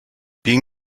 being